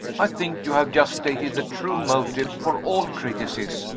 i think you have just stated the true motive for all criticism,